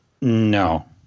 No